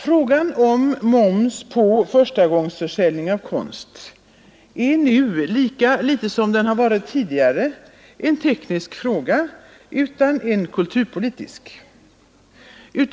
Frågan om mervärdeskatt på förstagångsförsäljning av konst är nu lika litet som tidigare en teknisk fråga, utan en kulturpolitisk.